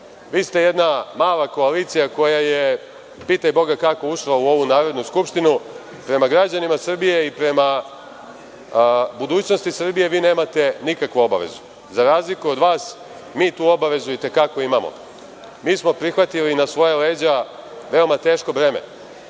Vi ste jedna mala koalicija koja je pitaj Boga kako ušla u ovu Narodnu skupštinu, prema građanima Srbije i prema budućnosti Srbije vi nemate nikakvu obavezu. Za razliku od vas, mi tu obavezu i te kako imamo. Mi smo prihvatili na svoja leđa veoma teško breme